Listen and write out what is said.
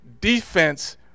defense